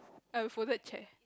err folded chair